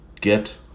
get